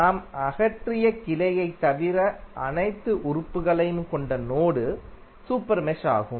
நாம் அகற்றிய கிளையைத் தவிர அனைத்து உறுப்புகளையும் கொண்ட நோடு சூப்பர் மெஷ் ஆகும்